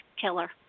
killer